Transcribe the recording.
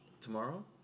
Tomorrow